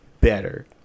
Better